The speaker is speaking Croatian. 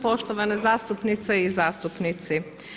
Poštovane zastupnice i zastupnici.